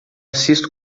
assisto